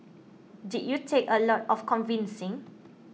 did you take a lot of convincing